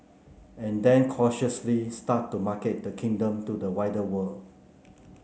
and then cautiously start to market the Kingdom to the wider world